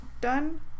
done